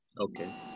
Okay